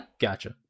Gotcha